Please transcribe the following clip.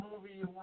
movie